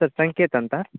sir Sanket ಅಂತ